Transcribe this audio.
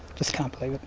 just can't believe it.